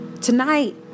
tonight